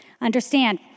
Understand